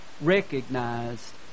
recognized